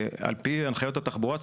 על פי הנחיות התחבורה,